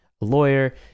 lawyer